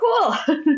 cool